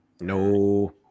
No